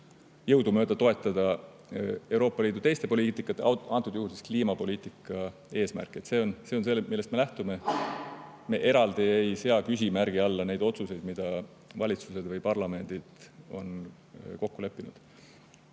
jõudumööda toetada Euroopa Liidu teiste poliitikate, antud juhul siis kliimapoliitika eesmärke. See on see, millest me lähtume. Me eraldi ei sea küsimärgi alla neid otsuseid, mida valitsused või parlamendid on kokku leppinud.